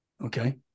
Okay